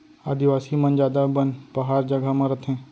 आदिवासी मन जादा बन पहार जघा म रथें